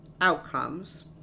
outcomes